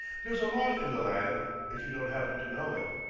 there's a law in the land, if you don't happen to know it.